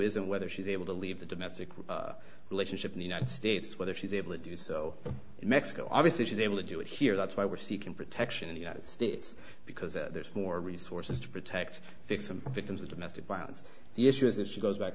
isn't whether she's able to leave the domestic relationship in the united states whether she's able to do so in mexico obviously she's able to do it here that's why we're seeking protection in the united states because there's more resources to protect victims of domestic violence issues if she goes back